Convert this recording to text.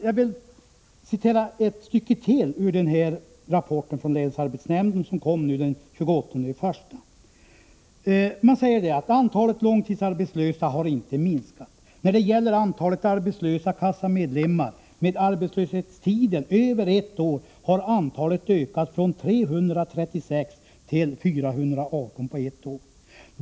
Jag vill citera ett stycke till ur rapporten från länsarbetsnämnden den 28 januari 1985: ”Antalet långtidsarbetslösa har inte minskat. När det gäller antalet arbetslösa kassamedlemmar med arbetslöshetstiden över ett år har antalet ökat från 336 till 418 på ett år.